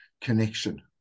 connection